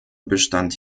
bestand